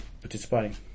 participating